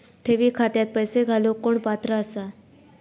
ठेवी खात्यात पैसे घालूक कोण पात्र आसा?